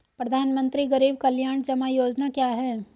प्रधानमंत्री गरीब कल्याण जमा योजना क्या है?